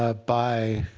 ah by